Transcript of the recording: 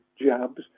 jabs